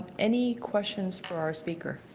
any questions for our speaker?